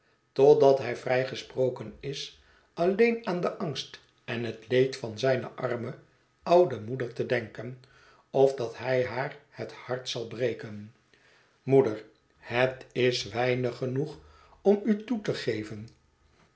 totdat hij vrijgesproken is alleen aan den angst en het leed van zijne arme oude moeder te denken of dat hij haar het hart zal breken moeder het is weinig genoeg om u toe te geven